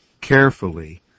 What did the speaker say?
carefully